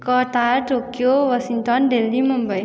Qatar Tokyo Washington Delhi Mumbai